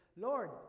Lord